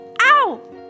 ow